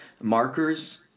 markers